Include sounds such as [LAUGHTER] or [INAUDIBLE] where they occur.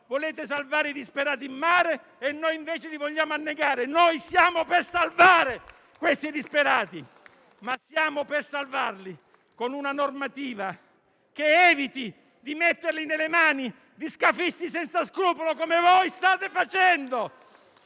vogliate salvare i disperati in mare e noi invece li vogliamo annegare. [APPLAUSE] Noi siamo per salvare questi disperati, ma siamo per salvarli con una normativa che eviti di metterli nelle mani degli scafisti senza scrupolo, come voi state facendo.